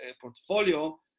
portfolio